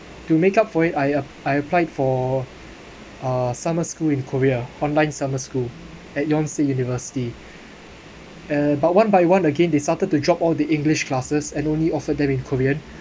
to make up for it I I applied for uh summer school in korea online summer school at yonsei university uh but one by one again they started to drop all the english classes and only offer them in korean